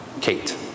Kate